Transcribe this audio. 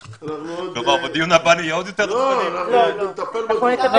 שאנחנו נטפל בזה.